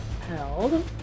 held